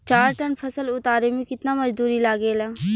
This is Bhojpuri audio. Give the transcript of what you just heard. चार टन फसल उतारे में कितना मजदूरी लागेला?